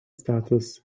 status